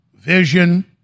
vision